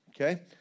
okay